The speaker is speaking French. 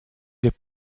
des